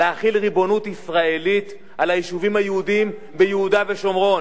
להחיל ריבונות ישראלית על היישובים היהודיים ביהודה ושומרון.